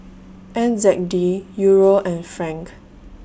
N Z D Euro and Franc